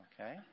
okay